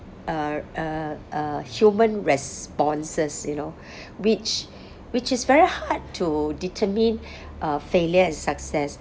err uh uh human responses you know which which is very hard to determine uh failure and success